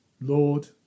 Lord